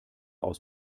aus